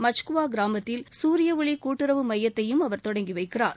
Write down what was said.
மஜ்குவா கிராமத்தில் சூரிய ஒளி கூட்டுறவு மையத்தையும் தொடங்கி வைக்கிறார்